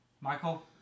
Michael